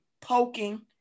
poking